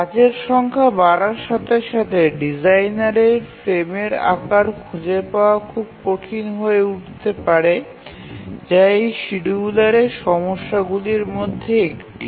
কাজের সংখ্যা বাড়ার সাথে সাথে ডিজাইনারের ফ্রেমের আকার খুঁজে পাওয়া খুব কঠিন হয়ে উঠতে পারে যা এই শিডিয়ুলারের সমস্যাগুলির মধ্যে একটি